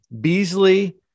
Beasley